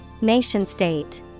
Nation-state